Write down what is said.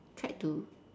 tried to